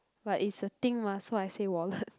but is a thing mah so I say wallet